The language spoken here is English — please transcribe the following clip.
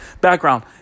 background